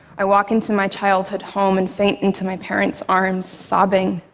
i walk into my childhood home and faint into my parents' arms, sobbing.